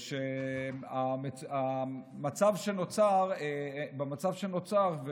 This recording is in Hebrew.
במצב שנוצר,